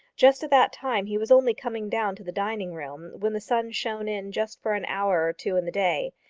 just at that time he was only coming down to the dining-room, when the sun shone in just for an hour or two in the day.